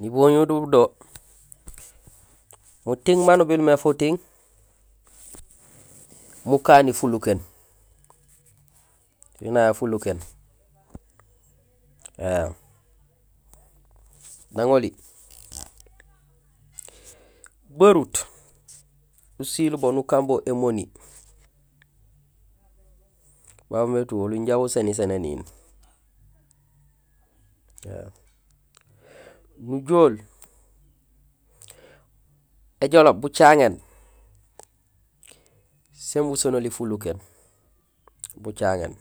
Niboñul budo muting maan ubilmé futing mukani fulukéén. Asiil nagé fulukéén éém, nang oli: barut usiil bo nukan bo émoni babu mé tout oli inja muséniséén éniin éém, nujool éjoloob bucaŋéén sin buséén oli fulokéén; bucaŋéén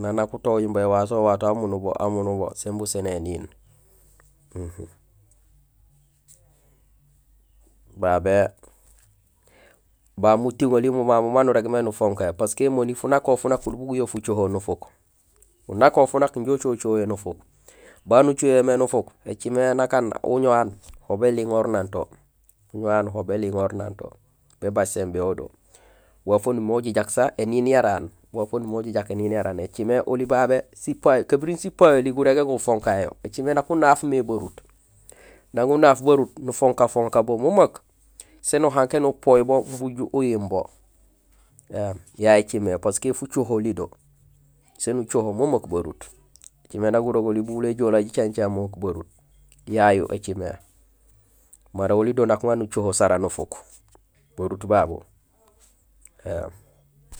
nang nak utogooñ bo éwato wato aw umu nubo, aw umu nubo sin buséni éniin babé, baan mutiŋoli mo mamu maan urégmé nufonkahé parce que émoni funako funak oli bu gun yo fucoho nufuk. Funako funak injo ucoho coho yo nufuk. Baan nucohowé yo mé nufuk écimé nak aan uñoow aan ho bé liŋoor nanto, uñoow aan ho béliŋoor nanto, bébaaj simbéhool do. Waaf wa umimé ujajak sa éniil yara aan; waaf waan umimé ujajak énnin yara aan écimé oli babé kabiring sipayoli gurégé gufonkahé yo écimé nak unaaf mé barut. Nang unaaf barut, nufonka fonka bo memeek, siin uhankéén nupoy bo imbi uju uyiim bo éém, yayé écimé parce que fucoholi do, sén ucoho memeek berut écimé na gurogoli bugul éjoolee jicajaméén memeek berut, yayu écimé mara oli do nak uŋa nuoho sara nufuk berut babu éém.